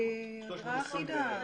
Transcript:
היא אגרה אחידה.